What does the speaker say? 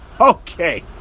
Okay